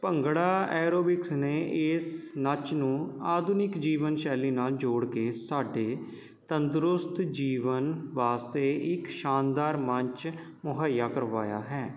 bhangra aerobics ਨੇ ਏਸ ਨਾਚ ਨੂੰ ਆਧੁਨਿਕ ਜੀਵਨ ਸ਼ੈਲੀ ਨਾਲ ਜੋੜ ਕੇ ਸਾਡੇ ਤੰਦਰੁਸਤ ਜੀਵਨ ਵਾਸਤੇ ਇੱਕ ਸ਼ਾਨਦਾਰ ਮੰਚ ਮੁਹੱਈਆ ਕਰਵਾਇਆ ਹੈ